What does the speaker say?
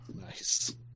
Nice